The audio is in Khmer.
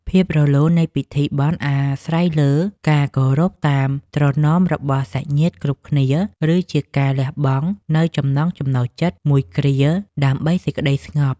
ភាពរលូននៃពិធីបុណ្យអាស្រ័យលើការគោរពតាមត្រណមរបស់សាច់ញាតិគ្រប់គ្នា ឬជាការលះបង់នូវចំណង់ចំណូលចិត្តមួយគ្រាដើម្បីសេចក្តីស្ងប់។